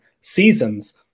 seasons